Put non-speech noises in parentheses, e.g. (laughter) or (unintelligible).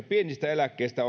(unintelligible) pienistä eläkkeistä (unintelligible)